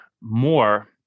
more